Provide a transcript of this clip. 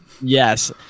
Yes